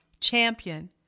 champion